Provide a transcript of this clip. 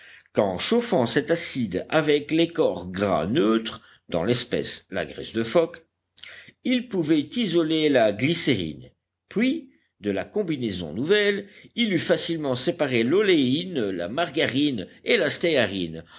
qu'en chauffant cet acide avec les corps gras neutres dans l'espèce la graisse de phoque il pouvait isoler la glycérine puis de la combinaison nouvelle il eût facilement séparé l'oléine la margarine et la stéarine